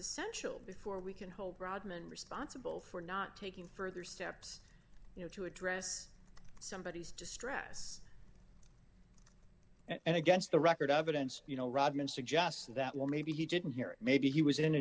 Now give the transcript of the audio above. essential before we can hold rodman responsible for not taking further steps you know to address somebodies distress and against the record evidence you know rodman suggests that well maybe he didn't hear maybe he was in